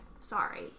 sorry